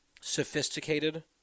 sophisticated